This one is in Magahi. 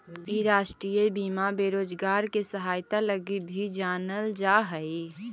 इ राष्ट्रीय बीमा बेरोजगार के सहायता लगी भी जानल जा हई